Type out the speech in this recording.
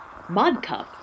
ModCup